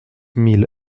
mille